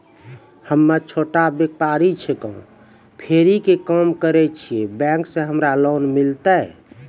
हम्मे छोटा व्यपारी छिकौं, फेरी के काम करे छियै, बैंक से हमरा लोन मिलतै?